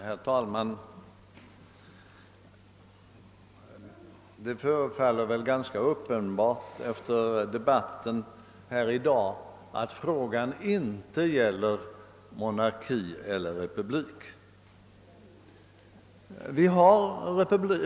Herr talman! Efter den debatt som förts här i dag förefaller det väl ganska uppenbart att frågan inte gäller om vi skall ha monarki eller republik.